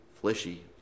fleshy